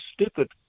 stupid